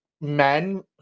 men